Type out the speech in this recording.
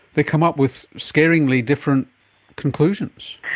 they come up with scarily different conclusions.